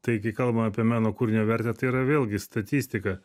tai kai kalbam apie meno kūrinio vertę tai yra vėlgi statistika